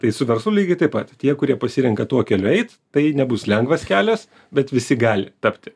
tai su verslu lygiai taip pat tie kurie pasirenka tuo keliu eit tai nebus lengvas kelias bet visi gali tapti